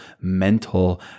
mental